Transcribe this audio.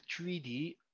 3D